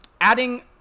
adding